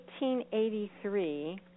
1883